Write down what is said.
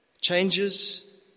changes